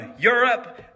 Europe